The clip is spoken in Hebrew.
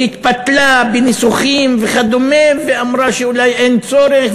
שהתפתלה בניסוחים וכדומה ואמרה שאולי אין צורך,